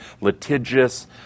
litigious